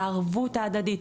של הערבות ההדדית,